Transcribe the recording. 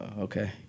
okay